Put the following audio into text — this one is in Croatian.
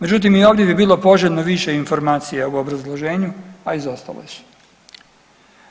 Međutim i ovdje bi bilo poželjno više informacija u obrazloženju, a izostala su.